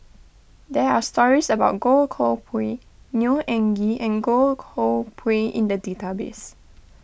there are stories about Goh Koh Pui Neo Anngee in Goh Koh Pui in the database